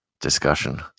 discussion